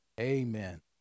amen